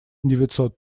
девятьсот